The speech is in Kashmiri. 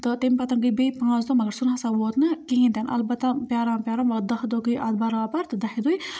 تہٕ تَمہِ پَتہٕ گٔے بیٚیہِ پانٛژھ دۄہ مگر سُہ نہ سا ووت نہٕ کِہیٖنۍ تہِ نہٕ البتہ پیٛاران پیٛاران مگر دَہ دۄہ گٔے اَتھ برابر تہٕ دَہہِ دۄہہِ